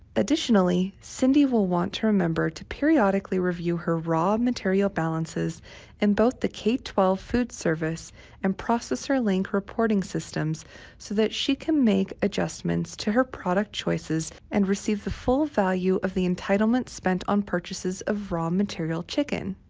additionally, cindy will want to remember to periodically review her raw material balances in both the k twelve foodservice and processor link reporting systems so that she can make adjustments to her product choices and receive the full value of the entitlement spent on purchases of raw material chicken.